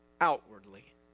outwardly